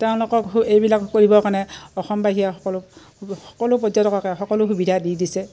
তেওঁলোকক এইবিলাক কৰিবৰ কাৰণে অসম বাহিৰে সকলো সকলো পৰ্যটককে সকলো সুবিধা দি দিছে